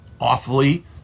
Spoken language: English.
awfully